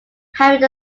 having